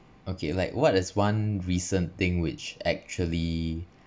okay like what is one recent thing which actually